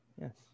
yes